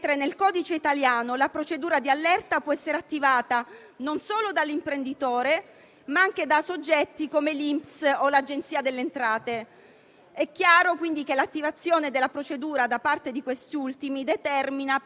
È chiaro, quindi, che l'attivazione della procedura da parte di quest'ultimi determina perciò solo un effetto dannoso per l'imprenditore che si troverà a essere automaticamente monitorato e messo sotto la lente di ingrandimento.